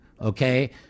Okay